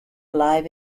live